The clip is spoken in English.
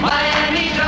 Miami